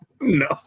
No